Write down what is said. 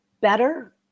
better